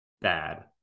bad